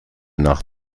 nach